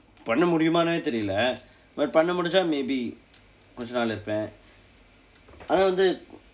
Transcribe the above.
பண்ண முடியுமா தெரியவில்லை:panna mudiyumaa theriyavillai but பண்ண முடிந்தால்:panna mudindthaal maybe கொஞ்ச நாள் இருப்பேன் ஆனா வந்து:konjsa naal iruppeen aanaa vandthu